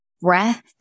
Breath